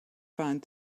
found